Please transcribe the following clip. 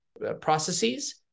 Processes